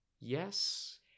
Yes